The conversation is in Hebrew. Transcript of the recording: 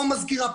פה המזכירה,